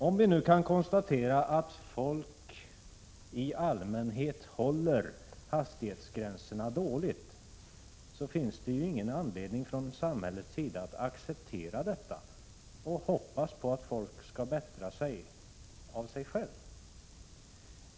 Om vi nu kan konstatera att folk i allmänhet håller hastighetsgränserna dåligt, har man från samhällets sida ingen anledning att acceptera detta och hoppas på att människor skall bättra sig av sig själva.